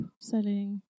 selling